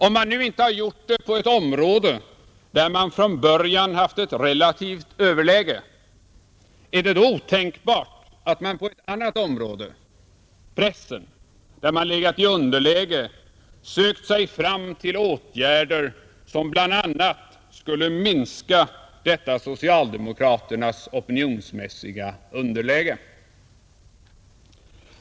Om man nu inte har gjort det på ett område där man från början haft ett relativt överläge, är det då otänkbart att man på ett annat område — pressen — där man legat i underläge, sökt sig fram till åtgärder som bl.a. skulle minska detta socialdemokraternas opinionsmässiga underläge?